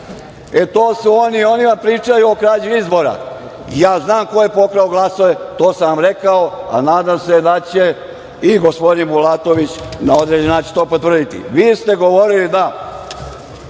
su oni i oni nam pričaju o krađi izbora. Ja znam ko je pokrao glasove. To sam vam rekao, a nadam se da će i gospodin Bulatović na određeni način to potvrditi. Vi ste govorili da